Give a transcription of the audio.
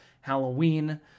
Halloween